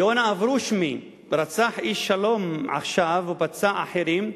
יונה אברושמי רצח איש "שלום עכשיו" ופצע אחרים,